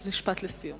אז משפט לסיום.